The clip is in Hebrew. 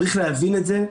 צריך להבין את זה.